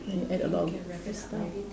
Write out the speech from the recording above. and you add a lot of